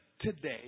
today